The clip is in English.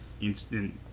instant